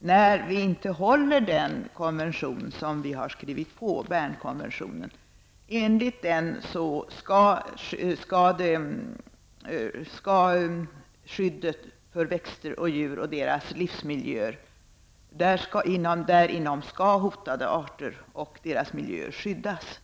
om vi inte följer den konvention vi har skrivit på, Bernkonventionen. Enligt den skall hotade växtoch djurarters livsmiljö skyddas.